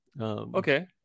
Okay